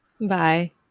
Bye